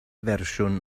fersiwn